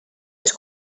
les